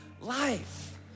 life